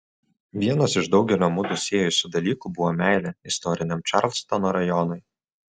vienas iš daugelio mudu siejusių dalykų buvo meilė istoriniam čarlstono rajonui